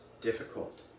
difficult